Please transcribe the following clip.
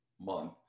month